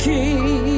King